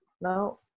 now